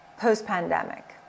post-pandemic